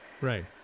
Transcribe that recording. Right